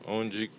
onde